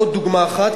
עוד דוגמה אחת,